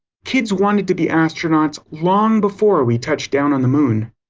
kids wanted to be astronauts long before we touched down on the moon.